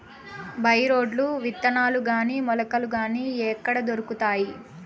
By రోడ్లు విత్తనాలు గాని మొలకలు గాని ఎక్కడ దొరుకుతాయి?